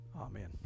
Amen